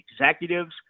executives